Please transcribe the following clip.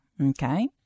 Okay